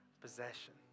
possession